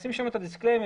לשים את הדיסקליימר,